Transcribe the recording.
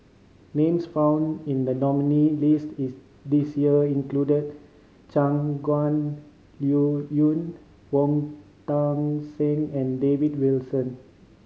names found in the nominees' list this year include Shangguan Liuyun Wong Tuang Seng and David Wilson